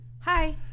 Hi